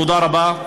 תודה רבה.